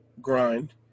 grind